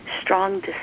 strong